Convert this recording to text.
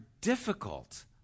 difficult